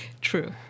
true